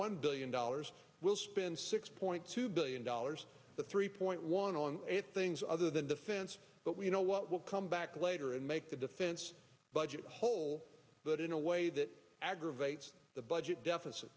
one billion dollars we'll spend six point two billion dollars the three point one on things other than defense but we know what will come back later and make the defense budget whole but in a way that aggravates the budget deficit